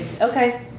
okay